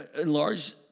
Enlarge